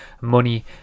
money